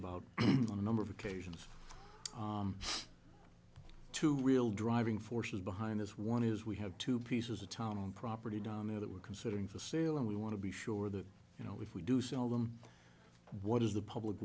about on a number of occasions two real driving forces behind this one is we have two pieces of town on property down there that we're considering for sale and we want to be sure that you know if we do sell them what does the public